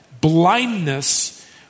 blindness